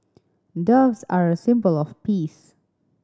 doves are a symbol of peace